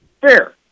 Fair